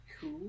cool